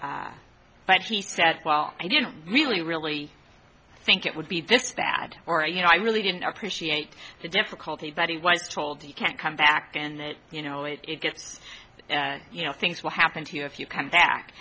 of but he said well i didn't really really think it would be this bad or a you know i really didn't appreciate the difficulty but he was told you can't come back and that you know it gives you know things will happen to you if you come back